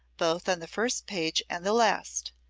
both on the first page and the last.